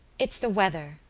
it's the weather,